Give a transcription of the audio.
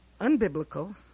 unbiblical